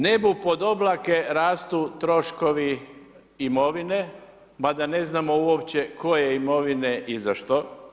Nebu pod oblake rastu troškovi imovine, mada ne znamo uopće koje imovine i za što.